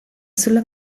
sulla